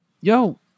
yo